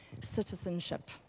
citizenship